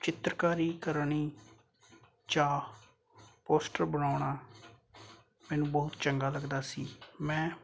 ਚਿੱਤਰਕਾਰੀ ਕਰਨੀ ਜਾਂ ਪੋਸਟਰ ਬਣਾਉਣਾ ਮੈਨੂੰ ਬਹੁਤ ਚੰਗਾ ਲੱਗਦਾ ਸੀ ਮੈਂ